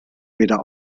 weder